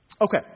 Okay